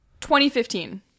2015